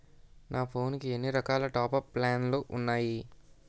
నా ఫోన్ కి ఎన్ని రకాల టాప్ అప్ ప్లాన్లు ఉన్నాయి?